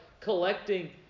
collecting